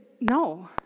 no